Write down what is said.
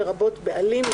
לרבות בעלים,